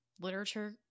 literature